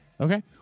Okay